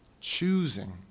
Choosing